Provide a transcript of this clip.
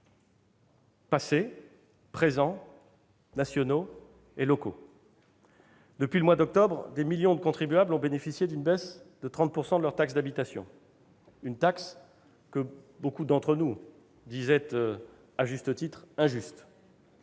-passés, présents, nationaux et locaux. Depuis le mois d'octobre, des millions de contribuables ont bénéficié d'une baisse de 30 % de leur taxe d'habitation, une taxe que beaucoup d'entre nous disaient, à juste titre, injuste,